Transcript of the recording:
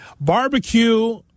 barbecue